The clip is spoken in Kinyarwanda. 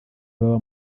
baba